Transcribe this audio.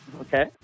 okay